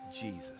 Jesus